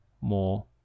more